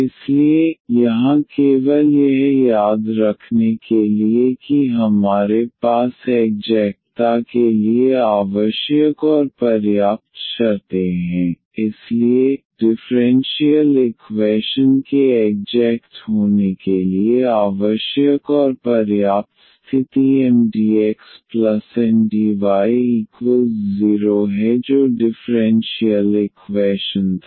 इसलिए यहाँ केवल यह याद रखने के लिए कि हमारे पास एग्जेक्टता के लिए आवश्यक और पर्याप्त शर्तें हैं इसलिए डिफ़्रेंशियल इक्वैशन के एग्जेक्ट होने के लिए आवश्यक और पर्याप्त स्थिति MdxNdy0 है जो डिफ़्रेंशियल इक्वैशन था